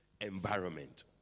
environment